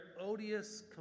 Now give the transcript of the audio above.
odious